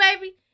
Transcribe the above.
baby